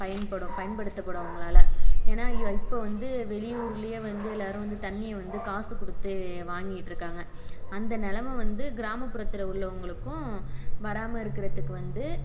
பயன்படும் பயன்படுத்தபடும் அவங்ளால ஏன்னா இப்போ வந்து வெளி ஊர்ல வந்து எல்லாரும் வந்து தண்ணிய வந்து காசு கொடுத்து வாங்கிகிட்ருக்காங்க அந்த நிலம வந்து கிராமப்புறத்தில் உள்ளவங்களுக்கும் வராம இருக்கறதுக்கு வந்து